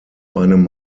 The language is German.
einem